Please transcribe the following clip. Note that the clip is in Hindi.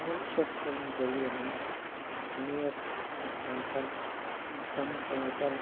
और स्वच्छ करने के लिए हम नियत स्थान पर समय समय पर